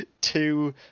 two